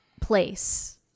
place